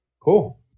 cool